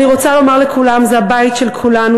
אני רוצה לומר לכולם: זה הבית של כולנו,